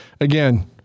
again